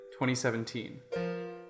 2017